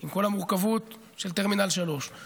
עם כל המורכבות של טרמינל 3 בנתב"ג,